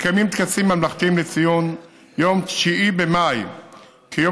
מקיימים טקסים ממלכתיים לציון יום 9 במאי כיום